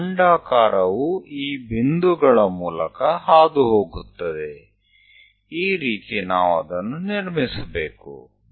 ನಮ್ಮ ಅಂಡಾಕಾರವು ಈ ಬಿಂದುಗಳ ಮೂಲಕ ಹಾದು ಹೋಗುತ್ತದೆ ಈ ರೀತಿ ನಾವು ಅದನ್ನು ನಿರ್ಮಿಸಬೇಕು